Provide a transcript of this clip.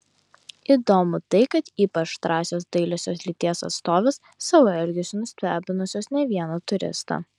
įdomu tai kad ypač drąsios dailiosios lyties atstovės savo elgesiu nustebinusios ne vieną turistą